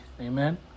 amen